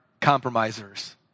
compromisers